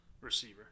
receiver